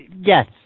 yes